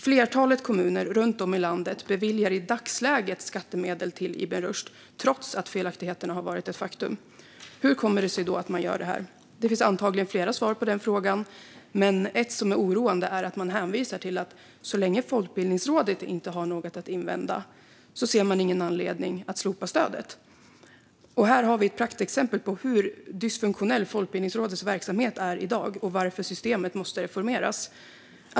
Flertalet kommuner runt om i landet beviljar i dagsläget skattemedel till Ibn Rushd trots att det har varit ett faktum att det har funnits felaktigheter. Hur kommer det sig då att man gör det? Det finns antagligen flera svar på den frågan, men ett som är oroande är att man hänvisar till att så länge Folkbildningsrådet inte har något att invända ser man ingen anledning att slopa stödet. Här har vi ett praktexempel på hur dysfunktionell Folkbildningsrådets verksamhet är i dag och varför systemet måste reformeras.